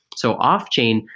so off-chain,